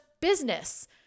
business